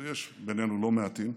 ויש בינינו לא מעטים,